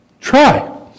Try